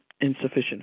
insufficient